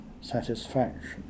satisfaction